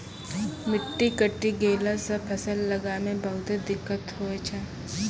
मिट्टी कटी गेला सॅ फसल लगाय मॅ बहुते दिक्कत होय छै